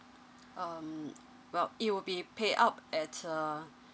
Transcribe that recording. um well it would be paid up at uh